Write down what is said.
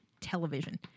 television